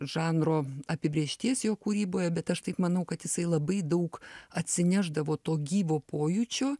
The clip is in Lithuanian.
žanro apibrėžties jo kūryboje bet aš taip manau kad jisai labai daug atsinešdavo to gyvo pojūčio